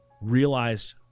realized